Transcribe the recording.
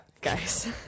guys